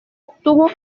obtuvo